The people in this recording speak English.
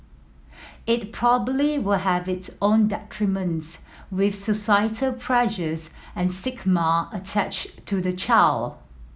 it probably will have its own deterrents with societal pressures and attached to the child